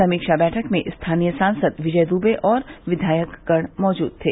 समीक्षा बैठक में स्थानीय सांसद विजय दुबे और विधायकगण मौजूद थे